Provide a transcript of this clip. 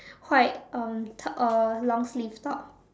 white um top uh long sleeve top